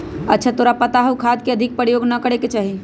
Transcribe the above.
अच्छा तोरा पता हाउ खाद के अधिक प्रयोग ना करे के चाहि?